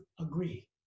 agree